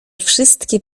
wszystkie